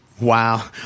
Wow